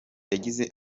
yagize